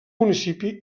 municipi